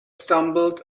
stumbled